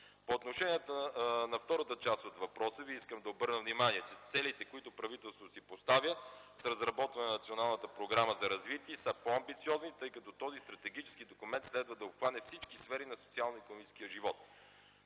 По отношение на втората част от въпроса Ви, искам да обърна внимание, че целите, които правителството си поставя с разработване на Националната програма за развитие, са по амбициозни, тай като този стратегически документ следва да обхване всички сфери на социално-икономическия живот.